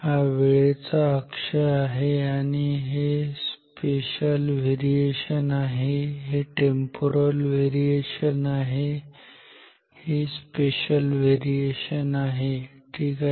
हा वेळेचा अक्षर आहे आणि हे स्पेशल व्हेरिएशन आहे हे टेम्पोरल व्हेरिएशन आहे हे स्पेशल व्हेरिएशन आहे ठीक आहे